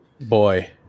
boy